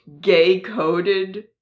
gay-coded